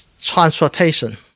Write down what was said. transportation